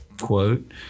quote